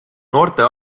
noorte